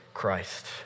Christ